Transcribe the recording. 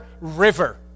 river